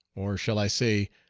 or shall i say,